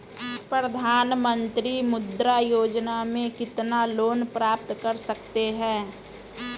प्रधानमंत्री मुद्रा योजना में कितना लोंन प्राप्त कर सकते हैं?